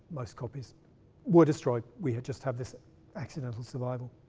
most copies were destroyed we had just have this accidental survival